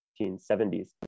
1970s